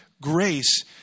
grace